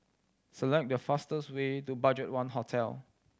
select the fastest way to BudgetOne Hotel